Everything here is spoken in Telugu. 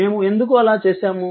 మేము ఎందుకు అలా చేసాము